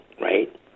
right